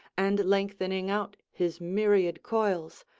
and lengthening out his myriad coils,